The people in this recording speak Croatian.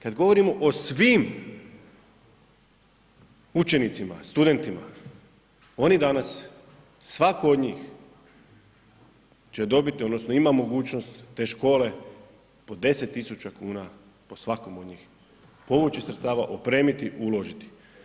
Kad govorimo o svim učenicima, studentima, oni danas svatko od njih će dobiti odnosno ima mogućnost te škole po 10 tisuća kuna po svakom od njih, povući sredstava, opremiti, uložiti.